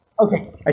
okay